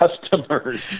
customers